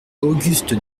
auguste